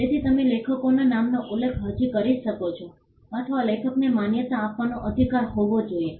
તેથી તમે લેખકોના નામનો ઉલ્લેખ હજી કરી શકો છો અથવા લેખકને માન્યતા આપવાનો અધિકાર હોવો જોઈએ